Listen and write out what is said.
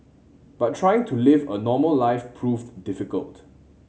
but trying to live a normal life proved difficult